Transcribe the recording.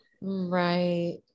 right